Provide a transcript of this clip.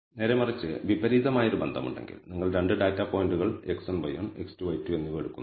നേരെമറിച്ച് വിപരീതമായ ഒരു ബന്ധമുണ്ടെങ്കിൽ നിങ്ങൾ 2 ഡാറ്റാ പോയിന്റുകൾ x1 y1 x2 y2 എന്നിവ എടുക്കുന്നു